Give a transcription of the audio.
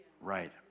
right